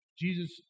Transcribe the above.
Jesus